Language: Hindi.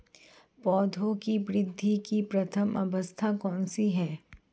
पौधों की वृद्धि की प्रथम अवस्था कौन सी है?